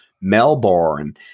Melbourne